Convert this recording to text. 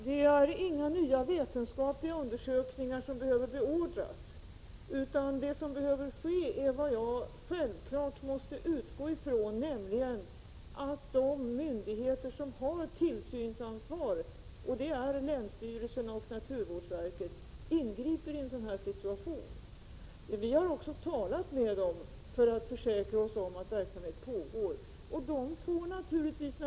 Herr talman! Det behöver inte beordras några nya vetenskapliga undersökningar, utan vad som behöver ske är vad jag självfallet måste utgå från, nämligen att de myndigheter som har tillsynsansvar — länsstyrelsen och naturvårdsverket — ingriper i en sådan här situation. Jag har också talat med 135 dem för att försäkra mig om att verksamhet pågår.